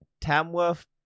Tamworth